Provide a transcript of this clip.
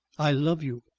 i love you.